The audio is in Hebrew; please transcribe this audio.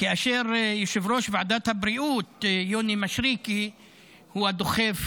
כאשר יושב-ראש ועדת הבריאות יוני מישרקי הוא הדוחף